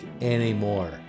anymore